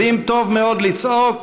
יודעים טוב מאד לצעוק,